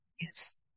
Yes